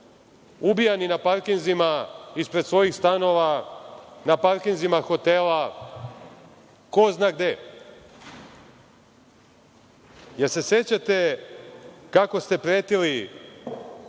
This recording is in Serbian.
ubijani na parkinzima, ispred svojih stanova, na parkinzima hotela, ko zna gde. Da li se sećate kako ste pretili,